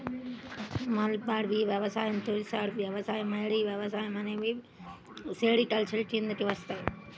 mulberry వ్యవసాయం, తుసర్ వ్యవసాయం, ఏరి వ్యవసాయం అనేవి సెరికల్చర్ కిందికి వస్తాయి